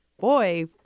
boy